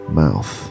mouth